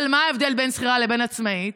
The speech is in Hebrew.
אבל מה ההבדל בין שכירה לבין עצמאית?